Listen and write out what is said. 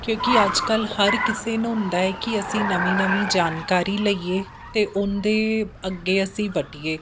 ਕਿਉਂਕਿ ਅੱਜ ਕੱਲ੍ਹ ਹਰ ਕਿਸੇ ਨੂੰ ਹੁੰਦੇ ਹੈ ਕਿ ਅਸੀਂ ਨਵੀਂ ਨਵੀਂ ਜਾਣਕਾਰੀ ਲਈਏ ਅਤੇ ਉਹਦੇ ਅੱਗੇ ਅਸੀਂ ਵਧੀਏ